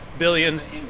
Billions